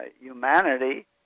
humanity